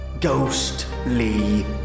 ghostly